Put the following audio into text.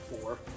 Four